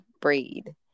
braid